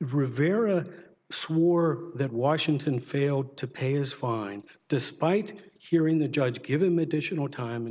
rivera swore that washington failed to pay as fine despite hearing the judge give him additional time and